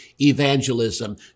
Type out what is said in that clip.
evangelism